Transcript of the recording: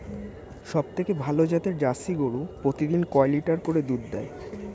সবথেকে ভালো জাতের জার্সি গরু প্রতিদিন কয় লিটার করে দুধ দেয়?